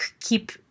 keep